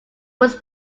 was